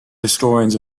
historians